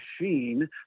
machine